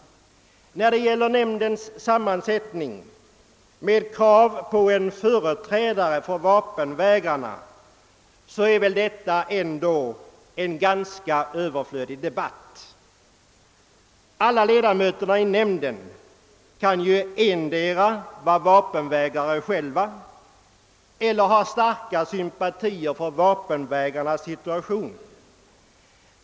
När det gäller nämndens sammansättning och kraven på en företrädare där för vapenvägrarna, så är väl det en överflödig debatt som förs. Samtliga 1edamöter i nämnden kan ju endera själva vara vapenvägrare eller ha starka sympatier för vapenvägrarnas situation.